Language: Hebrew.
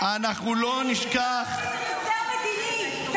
אבל לא היה הסדר מדיני, לא עשיתם הסדר מדיני.